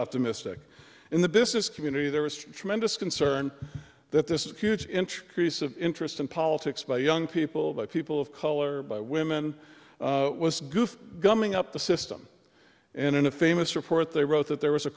optimistic in the business community there was tremendous concern that this huge inch crease of interest in politics by young people by people of color by women was goof gumming up the system and in a famous report they wrote that there was a